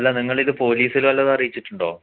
അല്ല നിങ്ങളിത് പോലീസിൽ വല്ലതും അറിയിച്ചിട്ടുണ്ടോ